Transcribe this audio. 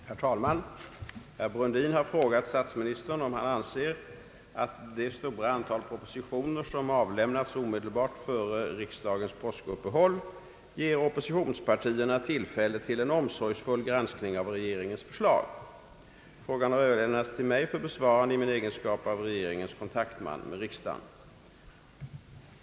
Herr talman! Herr Brundin har frågat statsministern om han anser att det stora antal propositioner som avlämnats omedelbart före riksdagens påskuppehåll ger oppositionspartierna tillfälle till en omsorgsfull granskning av regeringens förslag. Frågan har överlämnats till mig för besvarande i min egenskap av regeringens kontaktman med riksdagen.